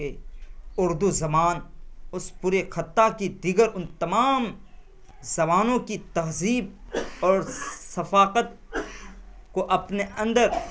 کہ اردو زبان اس پورے خطہ کی دیگر ان تمام زبانوں کی تہذیب اور ثقافت کو اپنے اندر